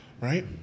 Right